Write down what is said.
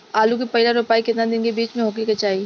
आलू क पहिला रोपाई केतना दिन के बिच में होखे के चाही?